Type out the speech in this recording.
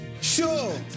Sure